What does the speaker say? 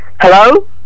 Hello